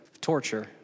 torture